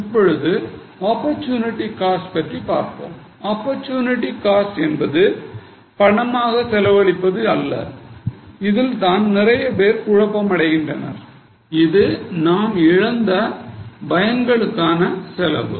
இப்பொழுது opportunity cost பற்றி பார்ப்போம் ஆப்பர்சூனிட்டி காஸ்ட் என்பது பணமாக செலவழிப்பது அல்ல இதில் தான் நிறைய பேர் குழப்பம் அடைகின்றனர் இது நாம் இழந்த பயன்களுக்கான செலவு